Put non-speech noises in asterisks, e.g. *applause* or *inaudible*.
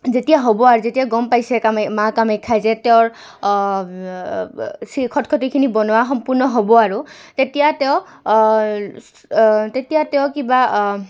যেতিয়া হ'ব আৰু যেতিয়া গম পাইছে কামা মা কামাখ্যাই যে তেওঁৰ *unintelligible* খটখটিখিনি বনোৱা সম্পূৰ্ণ হ'ব আৰু তেতিয়া তেওঁ তেতিয়াক তেওঁ কিবা